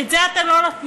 את זה אתם לא נותנים.